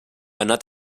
anat